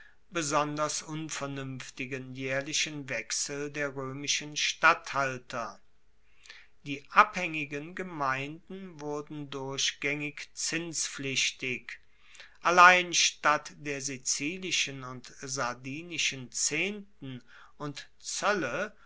besonders unvernuenftigen jaehrlichen wechsel der roemischen statthalter die abhaengigen gemeinden wurden durchgaengig zinspflichtig allein statt der sizilischen und sardinischen zehnten und zoelle